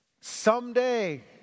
Someday